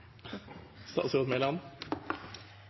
statsråd